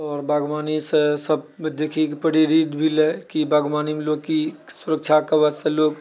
आओर बागवानीसँ सभ देखि कऽ प्रेरित भी लए कि बागवानीमे लोक कि सुरक्षा कवचसँ लोक